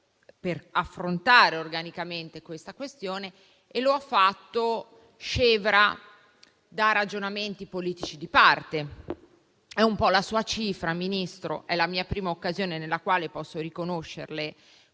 per affrontare organicamente la questione, e lo ha fatto scevra da ragionamenti politici di parte. È la sua cifra, Ministro, ed è la prima occasione nella quale posso riconoscerle